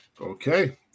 Okay